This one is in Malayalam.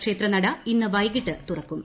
ക്ഷേത്രനട ഇന്ന് വൈകിട്ട് തുറക്കും